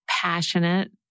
passionate